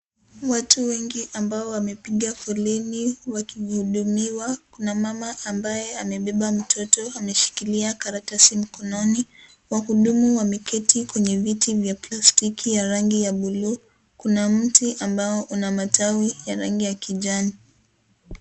Watu wengi, ambao wamepiga foleni. wakihudumiwa kuna mama amebeba mtoto, ameshikilia karatasi mkononi wahudumu wameketi kwenye viti vya plastiki ya rangi ya buluu kuna mti ambao una matawi ya rangi ya kijani.